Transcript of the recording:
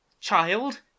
child